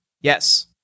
yes